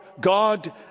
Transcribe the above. God